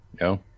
No